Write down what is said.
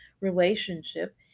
relationship